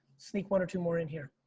sneak one or two more in here.